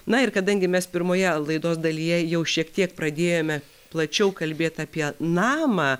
na ir kadangi mes pirmoje laidos dalyje jau šiek tiek pradėjome plačiau kalbėt apie namą